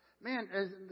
Man